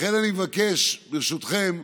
לכן אני מבקש, ברשותכם,